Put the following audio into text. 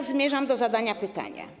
Zmierzam do zadania pytania.